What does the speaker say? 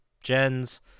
gens